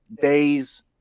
days